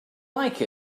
like